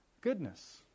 goodness